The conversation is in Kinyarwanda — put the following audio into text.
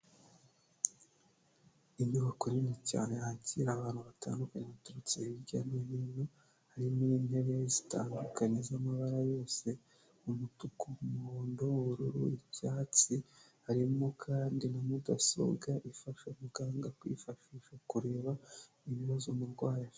Inyubako nini cyane yakira abantu batandukanye baturutse hirya no hino harimo iintebe zitandukanye z'amabara yose umutuku ,umuhondo, ubururu icyatsi harimo kandi na mudasobwa ifasha muganga kwifashisha kureba ibibazo umurwayi afite.